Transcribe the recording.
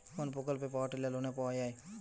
কোন প্রকল্পে power tiller লোনে পাওয়া য়ায়?